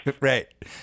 right